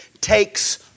takes